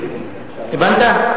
הבנת?